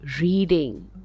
reading